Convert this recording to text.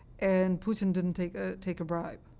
and putin didn't take ah take a bribe.